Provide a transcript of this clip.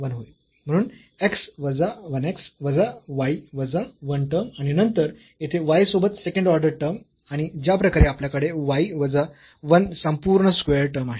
म्हणून x वजा 1 x वजा y वजा 1 टर्म आणि नंतर येथे y सोबत सेकंड ऑर्डर टर्म आणि ज्याप्रकारे आपल्याकडे y वजा 1 संपूर्ण स्क्वेअर्ड टर्म आहे